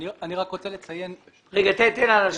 אני רק רוצה לציין למען השקיפות,